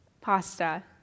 pasta